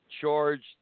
charged